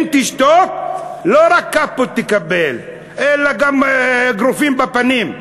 אם תשתוק, לא רק כאפות תקבל אלא גם אגרופים בפנים.